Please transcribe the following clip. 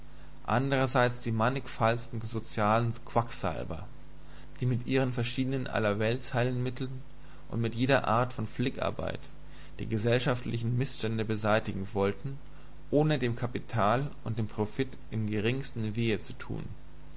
andrerseits die mannigfaltigsten sozialen quacksalber die mit ihren verschiedenen allerweltsheilmitteln und mit jeder art von flickarbeit die gesellschaftlichen mißstände beseitigen wollten ohne dem kapital und dem profit im geringsten wehe zu tun